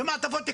במעטפות כפולות?